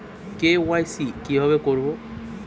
KYC কিভাবে করব?